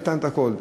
נתן את הכול.